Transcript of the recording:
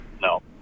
No